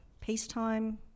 peacetime